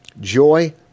joy